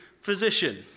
physician